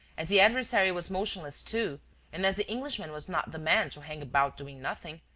as the adversary was motionless too and as the englishman was not the man to hang about doing nothing,